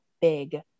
big